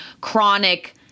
chronic